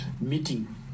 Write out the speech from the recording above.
meeting